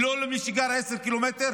ולא למי שגר 10 קילומטר,